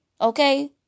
okay